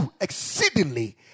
exceedingly